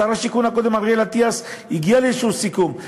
שר השיכון הקודם אריאל אטיאס הגיע לאיזה סיכום.